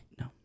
No